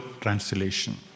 translation